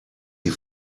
die